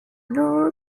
nor